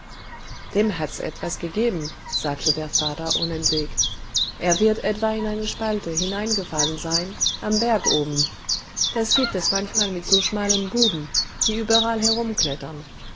dem hat's etwas gegeben sagte der vater unentwegt er wird etwa in eine spalte hineingefallen sein am berg oben das gibt es manchmal mit so schmalen buben die überall